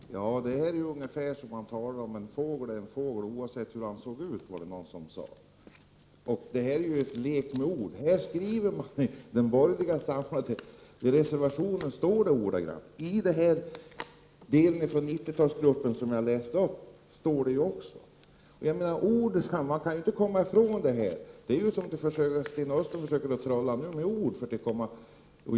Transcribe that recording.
Herr talman! Det är ungefär som när man säger att en fågel är en fågel, oavsett hur den ser ut. Det här är en lek med ord. De borgerliga partierna skriver samma sak som 90-talsgruppen. Det kan man inte komma ifrån. Sten Östlund försöker tydligen trolla med ord.